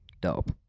dope